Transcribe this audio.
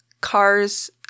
cars